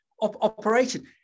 operation